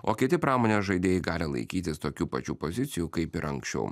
o kiti pramonės žaidėjai gali laikytis tokių pačių pozicijų kaip ir anksčiau